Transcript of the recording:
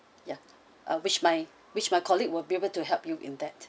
yeah ah which my which my colleague will be able to help you in that